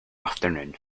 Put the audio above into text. afternoon